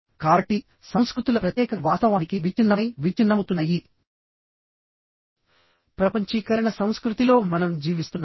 కాబట్టి సంస్కృతుల ప్రత్యేకత వాస్తవానికి విచ్ఛిన్నమై విచ్ఛిన్నమవుతున్న ఈ ప్రపంచీకరణ సంస్కృతిలో మనం జీవిస్తున్నాం